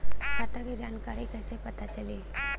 खाता के जानकारी कइसे पता चली?